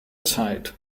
zeit